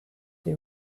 they